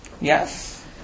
Yes